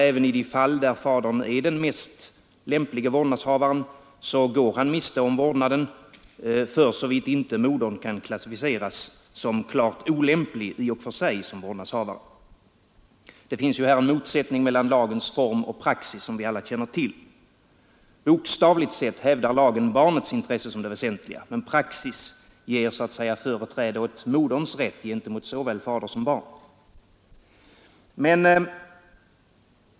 Även i de fall där fadern är den mest lämplige vårdnadshavaren går han miste om vårdnaden, för så vitt inte modern kan klassificeras som klart olämplig som vårdnadshavare. Det finns här en motsättning mellan lagens form och praxis som vi alla känner till. Bokstavligt sett hävdar lagen barnets intresse som det väsentliga men praxis ger så att säga företräde åt moderns rätt gentemot såväl fader som barn.